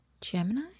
Gemini